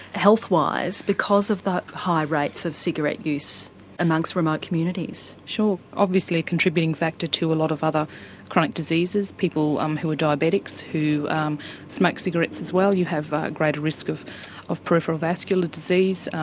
health-wise, because of the high rates of cigarette use amongst remote communities? sure. obviously a contributing factor to a lot of other chronic diseases, people um who are diabetics who um smoke cigarettes as well. you have a greater risk of of peripheral vascular disease.